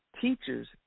teachers